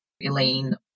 Elaine